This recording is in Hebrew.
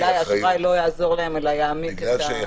כי אולי אשראי לא יעזור להם אלא יעמיק את ה --- בגלל שזו